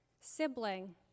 sibling